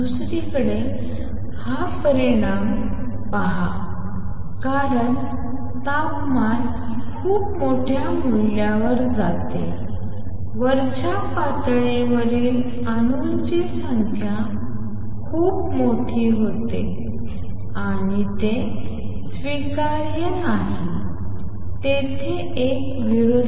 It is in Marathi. दुसरीकडे हा परिणाम पहा कारण तापमान खूप मोठ्या मूल्यावर जाते वरच्या पातळीवरील अणूंची संख्या खूप मोठी होते आणि ते स्वीकार्य नाही तेथे एक विरोधाभास आहे